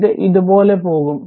ഇത് ഇതുപോലെ പോകും